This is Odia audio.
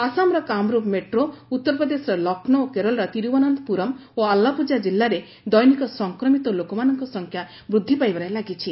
ଆସାମର କାମରୁଫ୍ ମେଟ୍ରୋ ଉତ୍ତର ପ୍ରଦେଶର ଲକ୍ଷ୍ନୌ ଏବଂ କେରଳର ତିରୁବନନ୍ତପୁରମ୍ ଓ ଆଲ୍ଲାପୁଝା ଜିଲ୍ଲାରେ ଦେନିକ ସଂକ୍ରମିତ ଲୋକମାନଙ୍କ ସଂଖ୍ୟା ବୃଦ୍ଧି ପାଇବାରେ ଲାଗିଛି